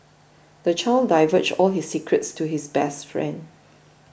the child divulged all his secrets to his best friend